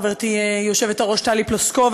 חברתי היושבת-ראש טלי פלוסקוב,